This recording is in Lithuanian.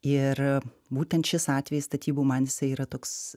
ir būtent šis atvejis statybų man jisai yra toks